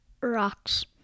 Rocks